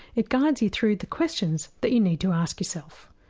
it guides you through the questions that you need to ask yourself.